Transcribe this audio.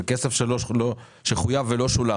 זה כסף שחויב ולא שולם,